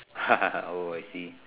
ah oh I see